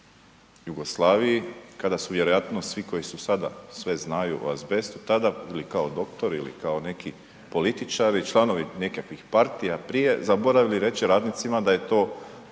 Jugoslaviji, kada su vjerojatno svi koji su sada sve znaju o azbestu, tada bili kao doktori ili kao neki političari, članovi nekakvih partija prije, zaboravili reći radnici da je to